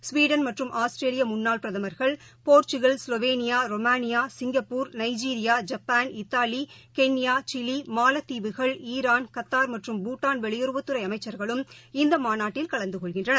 Sweden மற்றும் ஆஸ்திரேலியமுன்னாள் பிரதமர்கள் Portugal Slovenia Romania Singapore Nigeria Japan Italy Kenya Chile மாலத்தீவுகள் ஈரான் கத்தார் மற்றும் பூடான் வெளியுறவுத் துறைஅமைச்சர்களும் இந்தப் மாநாட்டில் கலந்துகொள்கின்றனர்